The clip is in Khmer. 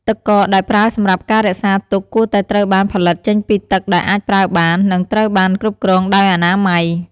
ទឹកកកដែលប្រើសម្រាប់ការរក្សាទុកគួរតែត្រូវបានផលិតចេញពីទឹកដែលអាចប្រើបាន និងត្រូវបានគ្រប់គ្រងដោយអនាម័យ។